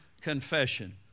confession